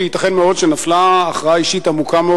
כי ייתכן מאוד שנפלה הכרעה אישית עמוקה מאוד